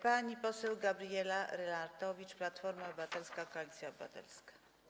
Pani poseł Gabriela Lenartowicz, Platforma Obywatelska - Koalicja Obywatelska.